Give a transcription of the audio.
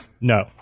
No